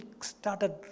started